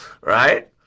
right